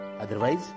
Otherwise